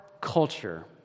culture